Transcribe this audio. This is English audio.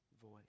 voice